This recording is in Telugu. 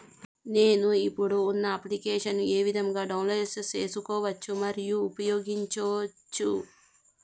నేను, ఇప్పుడు ఉన్న అప్లికేషన్లు ఏ విధంగా డౌన్లోడ్ సేసుకోవచ్చు మరియు ఉపయోగించొచ్చు?